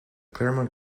claremont